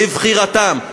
לבחירתם.